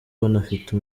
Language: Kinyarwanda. banafite